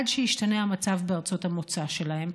עד שישתנה המצב בארצות המוצא שלהם,